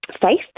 faith